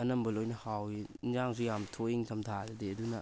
ꯑꯅꯝꯕ ꯂꯣꯏꯅ ꯍꯥꯎꯋꯤ ꯏꯟꯖꯥꯡꯁꯨ ꯌꯥꯝ ꯊꯣꯛꯏ ꯏꯟꯊꯝꯊꯥꯗꯗꯤ ꯑꯗꯨꯅ